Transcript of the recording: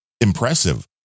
impressive